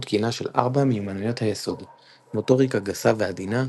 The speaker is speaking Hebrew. תקינה של ארבע מיומנויות היסוד – מוטוריקה גסה ועדינה,